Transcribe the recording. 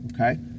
okay